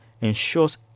ensures